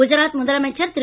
குஜராத் முதலமைச்சர் திரு